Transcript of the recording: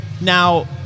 Now